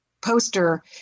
poster